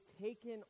taken